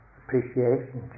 appreciation